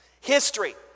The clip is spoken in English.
History